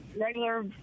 regular